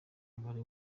umubare